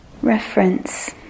Reference